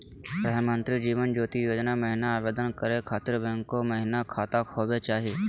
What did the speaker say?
प्रधानमंत्री जीवन ज्योति योजना महिना आवेदन करै खातिर बैंको महिना खाता होवे चाही?